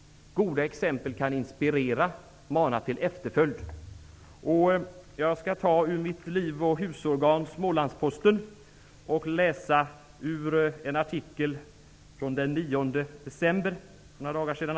Goda exempel kan inspirera, mana till efterföljd. Jag skall ur mitt livoch husorgan, Smålandsposten, citera ur en artikel som var införd den 9 december, alltså för några dagar sedan.